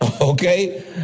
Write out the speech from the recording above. Okay